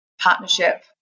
partnership